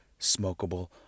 smokable